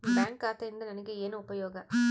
Bank ಖಾತೆಯಿಂದ ನನಗೆ ಏನು ಉಪಯೋಗ?